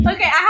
Okay